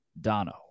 Dono